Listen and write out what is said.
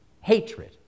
hatred